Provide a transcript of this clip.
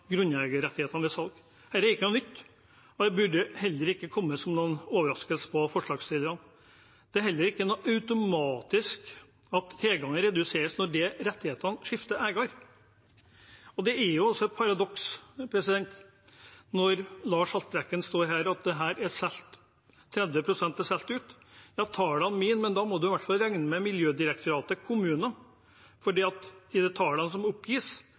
det burde heller ikke komme som noen overraskelse på forslagsstillerne. Det er heller ikke noen automatikk i at tilgangen reduseres når rettighetene skifter eier. Det er et paradoks når Lars Haltbrekken står her og sier at 30 pst. er solgt ut. Ja, da må man i hvert fall regne med Miljødirektoratet og kommunene, for i de tallene som oppgis,